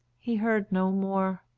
he heard no more.